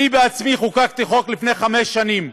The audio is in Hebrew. אני עצמי חוקקתי חוק לפני חמש שנים,